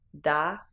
Da